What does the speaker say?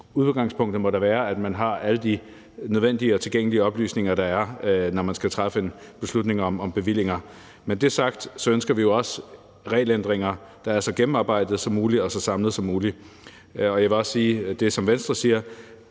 udgangspunktet da må være, at man har alle de nødvendige og tilgængelige oplysninger, når man skal træffe beslutninger om bevillinger. Når det er sagt, ønsker vi på den anden side også regelændringer, der er så gennemarbejdede som muligt og så samlede som muligt. Jeg vil også sige som Venstre,